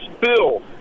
bill